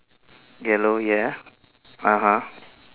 yellow ya (uh huh)